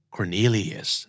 Cornelius